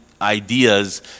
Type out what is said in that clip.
ideas